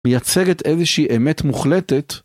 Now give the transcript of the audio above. מייצרת איזושהי אמת מוחלטת